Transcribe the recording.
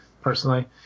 personally